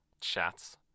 chats